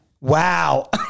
Wow